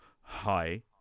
hi